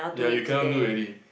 ya you cannot do already